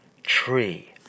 Tree